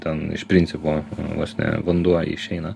ten iš principo vos ne vanduo išeina